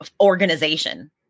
organization